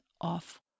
off